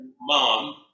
mom